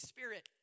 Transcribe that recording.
Spirit